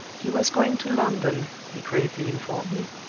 he was going to london, he gravely informed me,